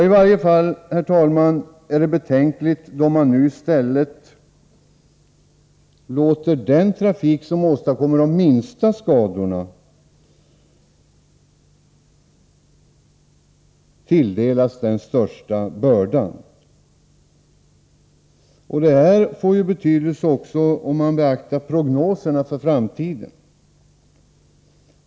I varje fall, herr talman, är det betänkligt då man i stället vill låta den trafik som åstadkommer de minsta skadorna bära den största bördan. Detta får betydelse också om man betraktar prognoserna för framtiden.